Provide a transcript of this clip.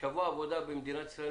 עוד שאלה שאני רוצה שתתייחסי אליה.